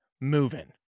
moving